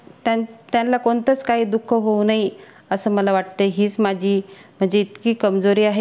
त्यान् त्यानला कोणतंच काही दु ख होऊ नाही असं मला वाटतंय हीच माझी माझी इतकी कमजोरी आहे